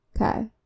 Okay